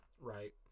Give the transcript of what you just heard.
right